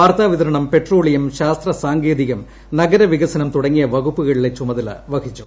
വാർത്താവിതരണം petroleum ശാസ്ത്ര സാങ്കേതികം നഗരവികസനം തുടങ്ങിയ വകുപ്പുകളിലെ ചുമതല വഹിച്ചു